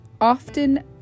often